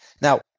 Now